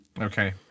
Okay